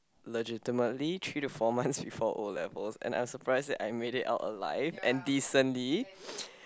legitimately three to four months before o-levels and I'm surprised that I made it out alive and decently